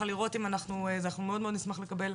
אנחנו מאוד נשמח לקבל,